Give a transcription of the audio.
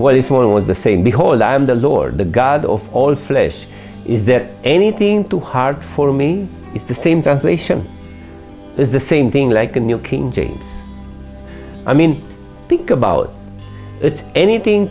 what if one was the same behold i am the lord the god of all flesh is there anything too hard for me is the same translation is the same thing like a new king james i mean think about it anything